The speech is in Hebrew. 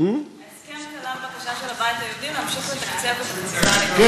ההסכם כלל בקשה של הבית היהודי להמשיך לתקצב את החטיבה להתיישבות.